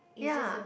ya